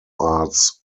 arts